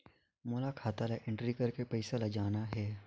मोला खाता ला एंट्री करेके पइसा ला जान हे?